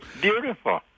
beautiful